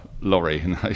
lorry